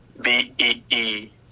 bee